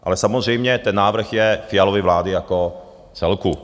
Ale samozřejmě ten návrh je Fialovy vlády jako celku.